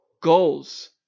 goals